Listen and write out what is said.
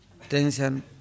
tension